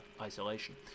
isolation